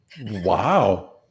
Wow